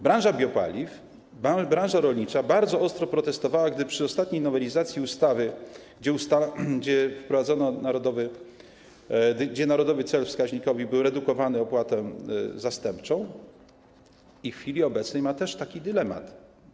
Branża biopaliw, branża rolnicza bardzo ostro protestowała przy ostatniej nowelizacji ustawy, gdzie wprowadzono narodowy, gdzie narodowy cel wskaźnikowy był redukowany opłatą zastępczą, i w chwili obecnej ma też taki dylemat.